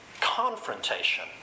Confrontation